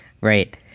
Right